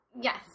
yes